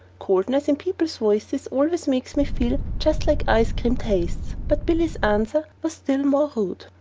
coldness in people's voices always makes me feel just like ice-cream tastes. but billy's answer was still more rude.